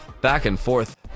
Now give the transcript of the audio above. back-and-forth